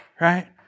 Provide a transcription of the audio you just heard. right